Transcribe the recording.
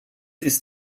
ist